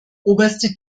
oberste